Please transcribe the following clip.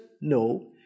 no